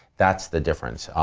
that's the difference.